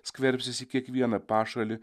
skverbsis į kiekvieną pašalį